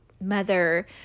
mother